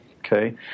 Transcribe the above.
Okay